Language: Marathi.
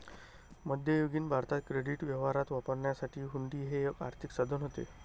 मध्ययुगीन भारतात क्रेडिट व्यवहारात वापरण्यासाठी हुंडी हे एक आर्थिक साधन होते